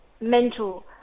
mental